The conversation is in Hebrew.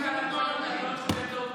באמצעות מיסים.